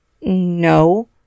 No